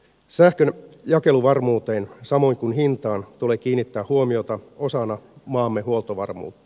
sähkön jakeluvarmuuteen samoin kuin hintaan tulee kiinnittää huomiota osana maamme huoltovarmuutta